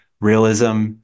realism